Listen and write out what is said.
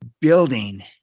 building